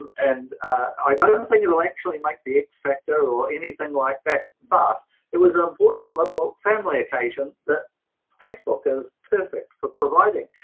um and i don't think it will actually make the x-factor or anything like that, but it was an important little family occasion that facebook is perfect for providing.